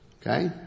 okay